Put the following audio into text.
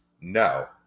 no